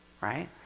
right